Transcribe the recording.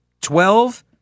Twelve